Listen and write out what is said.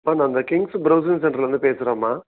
ஆ நாங்கள் Kings browsing சென்டர்லேருந்து பேசுகிறோம்மா